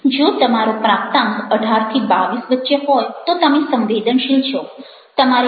જો તમારો પ્રાપ્તાંક 18 22 વચ્ચે હોય તો તમે સંવેદનશીલ છો